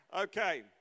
Okay